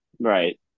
Right